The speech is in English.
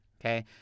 okay